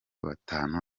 batanu